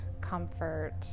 comfort